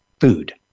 food